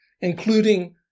including